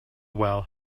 well